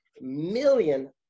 million